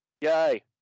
yay